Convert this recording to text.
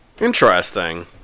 Interesting